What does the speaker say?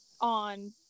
on